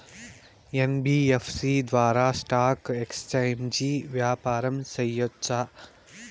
NBFC ద్వారా stock exchange వ్యాపారం సేయొచ్చా?